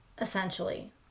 essentially